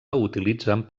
utilitzen